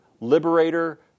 Liberator